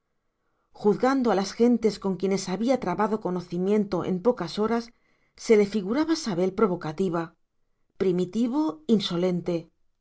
juzgando a las gentes con quienes había trabado conocimiento en pocas horas se le figuraba sabel provocativa primitivo insolente